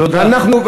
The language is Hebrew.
תודה.